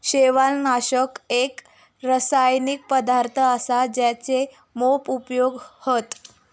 शैवालनाशक एक रासायनिक पदार्थ असा जेचे मोप उपयोग हत